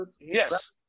yes